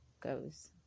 goes